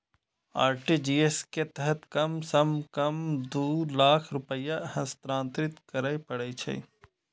RTGS के तहत कम सं कम दू लाख रुपैया हस्तांतरित करय पड़ै छै